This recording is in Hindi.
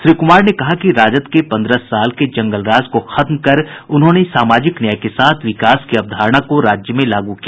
श्री कुमार ने कहा कि राजद के पंद्रह साल के जंगल राज को खत्म कर उन्होंने सामाजिक न्याय के साथ विकास की अवधारणा को राज्य में लागू किया